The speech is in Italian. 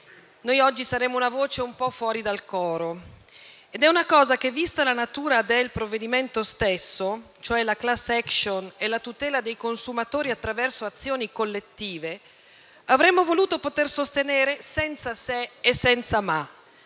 Noi oggi saremo una voce un po' fuori dal coro. È una cosa che, vista la natura del provvedimento stesso - la *class action* e la tutela dei consumatori attraverso azioni collettive - avremmo voluto poter sostenere senza se e senza ma.